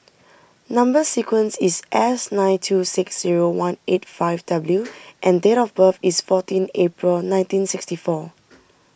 Number Sequence is S nine two six zero one eight five W and date of birth is fourteen April nineteen sixty four